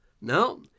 Now